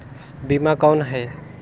बीमा कौन है?